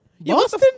Boston